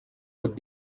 would